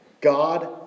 God